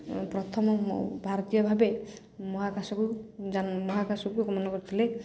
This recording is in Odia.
ପ୍ରଥମ ଭାରତୀୟ ଭାବେ ମହାକାଶକୁ ମହାକାଶକୁ ଗମନ କରିଥିଲେ